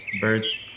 birds